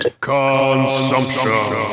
Consumption